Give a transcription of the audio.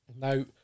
now